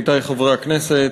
עמיתי חברי הכנסת,